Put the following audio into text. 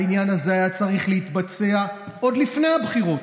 העניין הזה היה צריך להתבצע עוד לפני הבחירות.